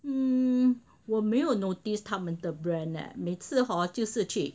嗯我没有 noticed 他们的 brand leh 每次 hor 就是去